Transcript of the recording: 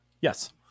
Yes